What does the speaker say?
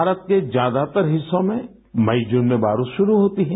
भारत के ज्यादातर हिस्सों में मई जून में बारिश शुरू होती है